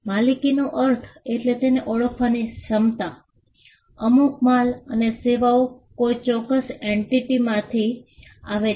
માલિકીનો અર્થ એટલે તેને ઓળખવાની ક્ષમતા અમુક માલ અને સેવાઓ કોઈ ચોક્કસ એન્ટિટીમાંથી આવે છે